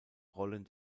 rollen